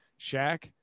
Shaq